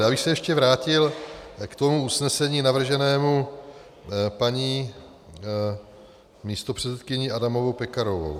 Já bych se ještě vrátil k usnesení navrženému paní místopředsedkyní Adamovou Pekarovou.